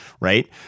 right